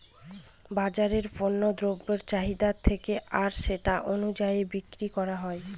বাজারে পণ্য দ্রব্যের চাহিদা থাকে আর সেটা অনুযায়ী বিক্রি করা হয়